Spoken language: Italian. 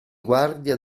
guardia